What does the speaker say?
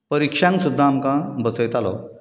परिक्षांक सुद्दां आमकां बसयतालो